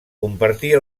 compartir